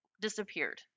disappeared